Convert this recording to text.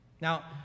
Now